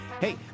Hey